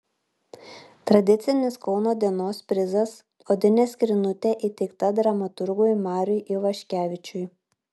tradicinis kauno dienos prizas odinė skrynutė įteikta dramaturgui mariui ivaškevičiui